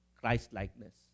Christ-likeness